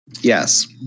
Yes